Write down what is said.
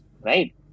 Right